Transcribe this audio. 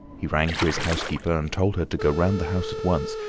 he rang for his housekeeper, and told her to go round the house at once,